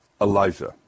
Elijah